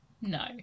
No